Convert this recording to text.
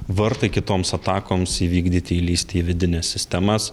vartai kitoms atakoms įvykdyti įlįsti į vidines sistemas